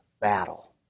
battle